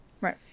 right